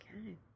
Okay